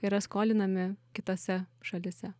yra skolinami kitose šalyse